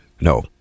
No